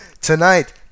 tonight